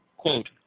Quote